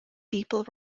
people